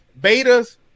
Betas